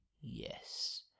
yes